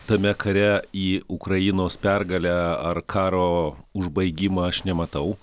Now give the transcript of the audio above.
tame kare į ukrainos pergalę ar karo užbaigimą aš nematau